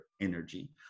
energy